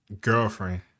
girlfriend